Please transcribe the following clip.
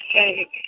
சரி